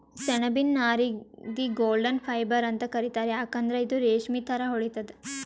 ಸೆಣಬಿನ್ ನಾರಿಗ್ the golden fibre ಅಂತ್ ಕರಿತಾರ್ ಯಾಕಂದ್ರ್ ಇದು ರೇಶ್ಮಿ ಥರಾ ಹೊಳಿತದ್